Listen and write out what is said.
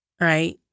right